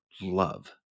love